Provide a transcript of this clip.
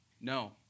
no